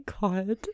god